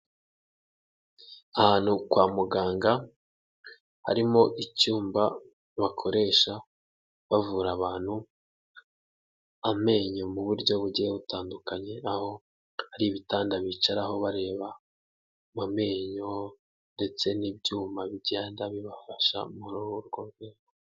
Ahantu kwa muganga harimo icyumba bakoresha bavura abantu amenyo mu buryo bugiye butandukanye, aho hari ibitanda bicaraho bareba mu menyo ndetse n'ibyuma bigenda bibafasha muri urwo rwego.